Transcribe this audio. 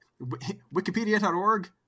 Wikipedia.org